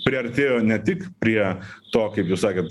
priartėjo ne tik prie to kaip jūs sakėt